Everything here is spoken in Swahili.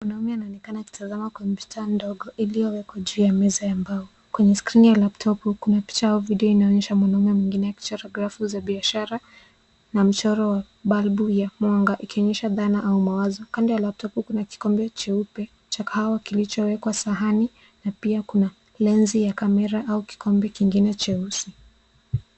Mwanamume anaonekana akitazama kompyuta ndogo iliyowekwa juu ya meza ya mbao. Kwenye skrini ya laptop kuna picha ya video inayoonyesha mwanamume mwingine akichora grafu za biashara na mchoro wa balbu ya mwanga ikionyesha dhana au mawazo. Kando ya laptop kuna kikombe cheupe cha kahawa kilichowekwa sahani na pia kuna lenzi ya kamera au kikombe kingine cheusi.